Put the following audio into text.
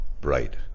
bright